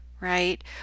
right